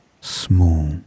small